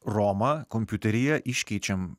romą kompiuteryje iškeičiam